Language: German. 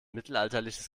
mittelalterliches